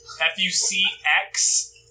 F-U-C-X